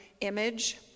image